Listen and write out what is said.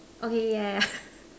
okay yeah yeah